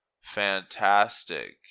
Fantastic